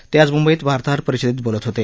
ते आज मुंबईत वार्ताहर परिषदेत बोलत होते